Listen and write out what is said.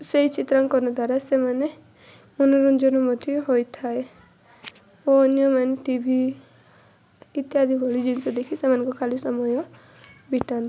ସେହି ଚିତ୍ରାଙ୍କନ ଦ୍ୱାରା ସେମାନେ ମନୋରଞ୍ଜନ ମଧ୍ୟ ହୋଇଥାଏ ଓ ଅନ୍ୟ ମାନେ ଟି ଭି ଇତ୍ୟାଦି ଭଳି ଜିନିଷ ଦେଖି ସେମାନଙ୍କ ଖାଲି ସମୟ ବିତାନ୍ତି